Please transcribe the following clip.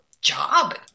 job